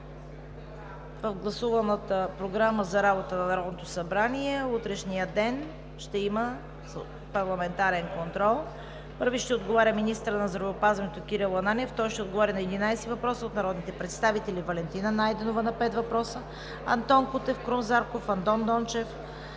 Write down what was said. гласуваната Програма за работа на Народното събрание в утрешния ден ще има парламентарен контрол: Пръв ще отговаря министърът на здравеопазването Кирил Ананиев на 11 въпроса от народните представители – Валентина Найденова на пет въпроса; Антон Кутев; Крум Зарков; Андон Дончев;